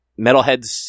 Metalheads